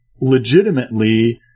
legitimately